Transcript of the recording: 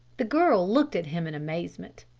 the girl looked at him in amazement.